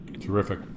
Terrific